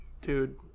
dude